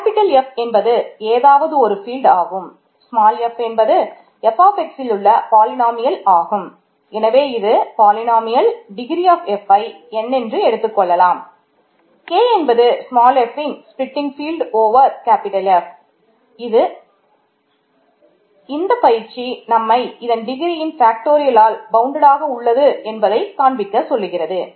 capital ஆக உள்ளது என்பதை காண்பிக்க சொல்கிறது